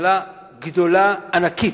מטלה גדולה, ענקית,